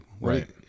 right